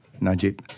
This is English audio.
Najib